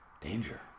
danger